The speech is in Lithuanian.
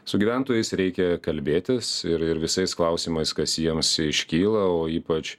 su gyventojais reikia kalbėtis ir ir visais klausimais kas jiems iškyla o ypač